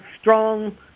strong